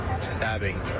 stabbing